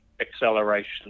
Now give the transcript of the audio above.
acceleration